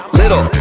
little